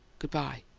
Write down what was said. good-bye.